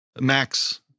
Max